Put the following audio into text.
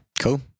Cool